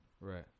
Right